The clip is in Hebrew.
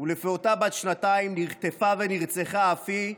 ולפעוטה בת שנתיים, נחטפה ונרצחה אף היא,